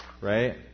right